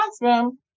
classroom